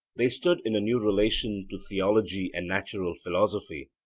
they stood in a new relation to theology and natural philosophy,